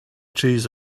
trees